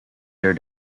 their